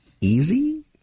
easy